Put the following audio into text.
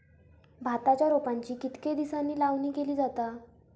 भाताच्या रोपांची कितके दिसांनी लावणी केली जाता?